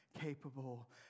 capable